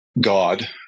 God